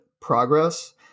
progress